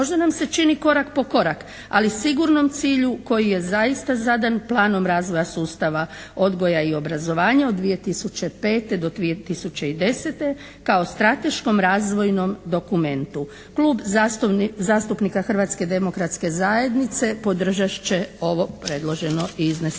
Možda nam se čini korak po korak, ali sigurnom cilju koji je zaista zadan planom razvoja sustava odgoja i obrazovanja u0d 2005. – 2010. kao strateškom razvojnom dokumentu. Klub zastupnika Hrvatske demokratske zajednice podržat će ovo predloženo i izneseno